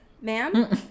ma'am